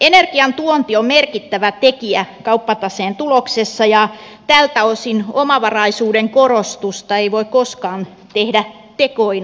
energian tuonti on merkittävä tekijä kauppataseen tuloksessa ja tältä osin omavaraisuuden korostusta ei voi koskaan tehdä tekoina liikaa